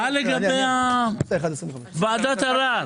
מה לגבי ועדת הערר?